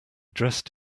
dressed